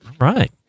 Right